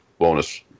Bonus